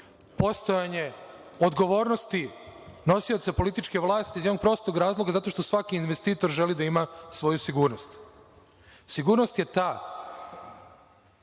postojanje odgovornosti nosioca političke vlasti, iz jednog prostog razloga zato što svaki investitor želi da ima svoju sigurnost. Sigurnost je ta